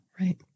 right